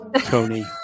Tony